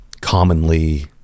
commonly